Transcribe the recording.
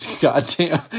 Goddamn